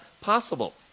possible